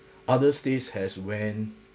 other states has went